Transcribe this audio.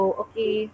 okay